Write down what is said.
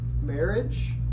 marriage